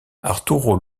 arturo